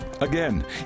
Again